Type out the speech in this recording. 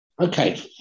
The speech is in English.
Okay